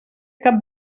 cap